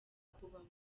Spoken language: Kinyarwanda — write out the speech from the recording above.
kubaho